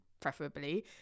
preferably